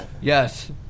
yes